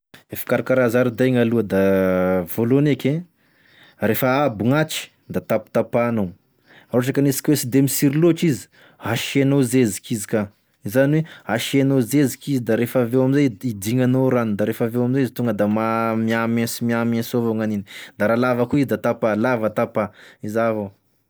Fikarakaragny zaridaigny aloha da, voalohany eky e, refa abo gn'ahitry da tapatapahanao, raha ohatry ka aniasika oe tsy de misiry lôtry izy asianao zeziky izy ka, zany oe asianao zeziky izy da refaveo amizay hidignanao rano da refaveo amizay izy tonga da ma- miamaiso miamaiso avao gn'aniny; da raha lava koa izy da tapà lava tapà, izà abao.